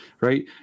right